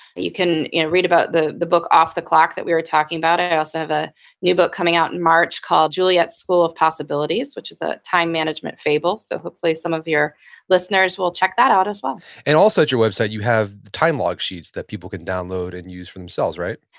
you can read about the the book off the clock that we were talking about and i also have a new book coming out in march called juliet school of possibilities, which is a time management fables. so he'll play, some of your listeners will check that out as well and also at your website you have the time log sheets that people can download and use for themselves, right?